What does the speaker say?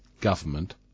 government